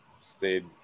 stayed